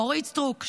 אורית סטרוק,